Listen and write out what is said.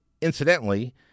incidentally